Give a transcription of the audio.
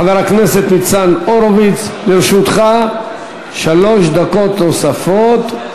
חבר הכנסת ניצן הורוביץ, לרשותך שלוש דקות נוספות.